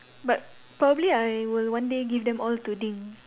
but probably one day I will give them all to Ding